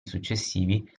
successivi